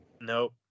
Nope